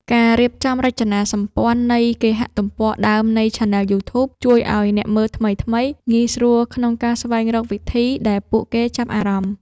ការរៀបចំរចនាសម្ព័ន្ធនៃគេហទំព័រដើមនៃឆានែលយូធូប ជួយឱ្យអ្នកមើលថ្មីៗងាយស្រួលក្នុងការស្វែងរកវីដេអូដែលពួកគេចាប់អារម្មណ៍។